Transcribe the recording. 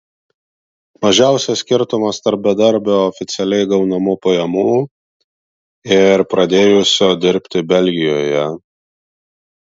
mažiausias skirtumas tarp bedarbio oficialiai gaunamų pajamų ir pradėjusio dirbti belgijoje